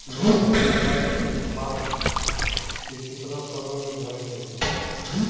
Loan लेवे के बाद हमरा के कितना समय मे भरे के होई?